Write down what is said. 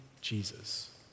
Jesus